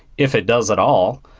if it does at all,